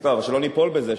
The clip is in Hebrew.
טוב אבל שלא ניפול בזה,